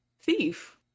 Thief